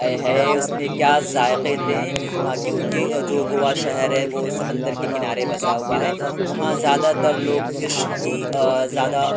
آے ہائے اس میں کیا ذائقے تھے کیوںکہ جو گوا شہر ہے وہ سمندر کے کنارے بسا ہوا ہے وہاں زیادہ تر لوگ فش ہی زیادہ